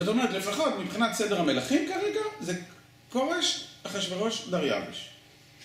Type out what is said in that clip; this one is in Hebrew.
זאת אומרת, לפחות מבחינת סדר המלכים כרגע, זה כורש, אחשוורוש, דריוויש.